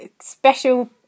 special